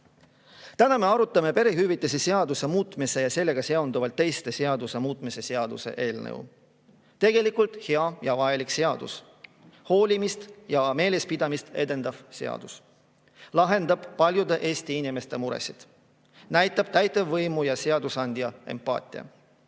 me arutame perehüvitiste seaduse muutmise ja sellega seonduvalt teiste seaduste muutmise seaduse eelnõu. Tegelikult hea ja vajalik seadus, hoolimist ja meelespidamist edendav seadus, mis lahendab paljude Eesti inimeste muresid, näitab täitevvõimu ja seadusandja empaatiat.